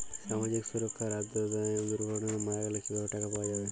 সামাজিক সুরক্ষার আওতায় দুর্ঘটনাতে মারা গেলে কিভাবে টাকা পাওয়া যাবে?